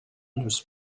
لوس